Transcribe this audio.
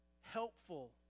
helpful